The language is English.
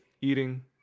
eating